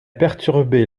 perturbé